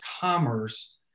commerce